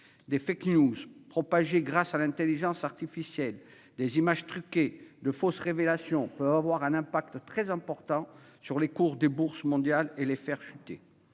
Des propagées grâce à l'intelligence artificielle, des images truquées, de fausses révélations, peuvent avoir des répercussions très importantes sur les cours des Bourses mondiales et les faire chuter.